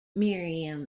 miriam